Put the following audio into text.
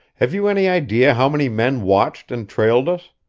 have you any idea how many men watched and trailed us?